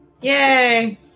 Yay